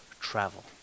travel